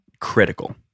critical